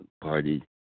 party